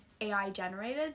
AI-generated